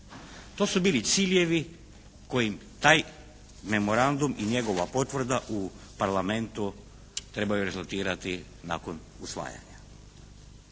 To su bili ciljevi kojim taj Memorandum i njegova potvrda u parlamentu trebaju rezultirati nakon usvajanja.